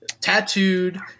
Tattooed